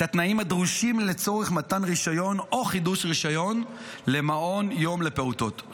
את התנאים הדרושים לצורך מתן רישיון או חידוש רישיון למעון יום לפעוטות.